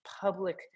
public